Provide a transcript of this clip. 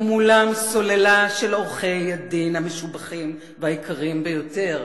ומולם סוללה של עורכי-הדין המשובחים והיקרים ביותר,